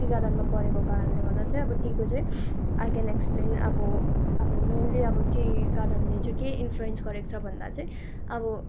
T गार्डनमा परेको कारणले गर्दा चाहिँ टीको चाहिँ आई क्यान एक्सप्लेन अब अब मेनली टी गार्डनले चाहिँ के इनफ्लोयन्स गरेको छ भन्दा चाहिँ अब